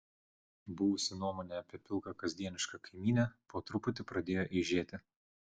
buvusi nuomonė apie pilką kasdienišką kaimynę po truputį pradėjo eižėti